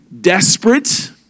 desperate